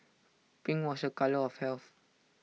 pink was A colour of health